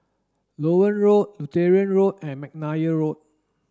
Loewen Road Lutheran Road and McNair Road